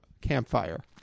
campfire